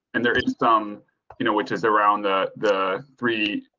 and there is some you know which is around the the three.